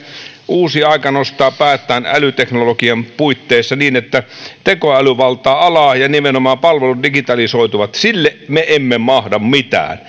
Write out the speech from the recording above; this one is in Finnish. uusi aika nostaa päätään älyteknologian puitteissa niin että tekoäly valtaa alaa ja nimenomaan palvelut digitalisoituvat sille me emme mahda mitään